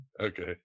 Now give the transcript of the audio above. Okay